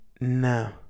No